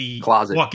closet